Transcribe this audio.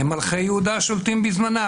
הם מלכי יהודה השולטים בזמנם.